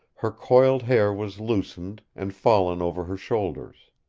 her coiled hair was loosened, and fallen over her shoulders.